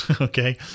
Okay